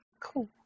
Cool